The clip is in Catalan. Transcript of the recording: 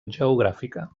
geogràfica